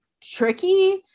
tricky